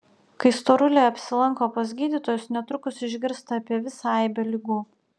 kai storuliai apsilanko pas gydytojus netrukus išgirsta apie visą aibę ligų